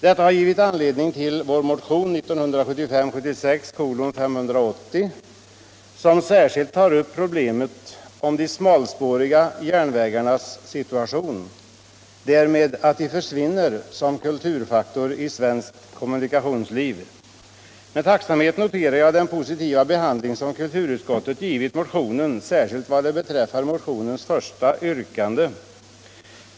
Detta har givit anledning till vår motion 1975/76:580 som särskilt tar upp problemet med de smalspåriga järnvägarna, på grund av att de försvinner som kulturfaktor i svenskt kommunikationsliv. Med tacksamhet noterar jag den positiva behandling som kulturutskottet givit motionen, särskilt vad beträffar motionens första yrkande.